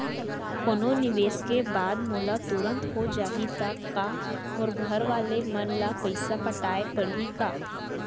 कोनो निवेश के बाद मोला तुरंत हो जाही ता का मोर घरवाले मन ला पइसा पटाय पड़ही का?